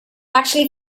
actually